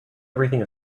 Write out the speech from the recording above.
everything